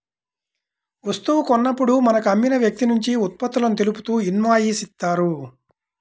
వస్తువు కొన్నప్పుడు మనకు అమ్మిన వ్యక్తినుంచి ఉత్పత్తులను తెలుపుతూ ఇన్వాయిస్ ఇత్తారు